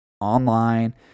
online